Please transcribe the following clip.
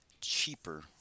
cheaper